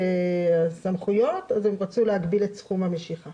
את שני התנאים האלה הם ביקשו להוסיף כהוראת